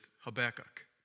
Habakkuk